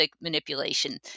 manipulation